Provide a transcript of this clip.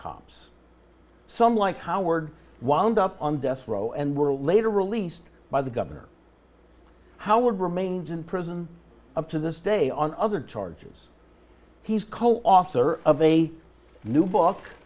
cops some like howard wound up on death row and were later released by the governor howard remains in prison up to this day on other charges he's co author of a new book